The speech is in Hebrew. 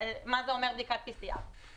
מה זה אומר בדיקת PCR?